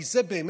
כי זה באמת,